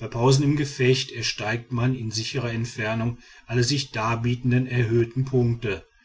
bei pausen im gefecht ersteigt man in sicherer entfernung alle sich darbietenden erhöhten punkte